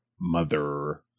mother